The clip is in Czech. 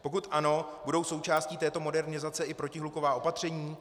Pokud ano, budou součástí této modernizace i protihluková opatření?